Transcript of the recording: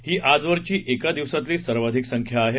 ही आजवरची एका दिवसातली सर्वाधिक संख्या आहे